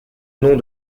nom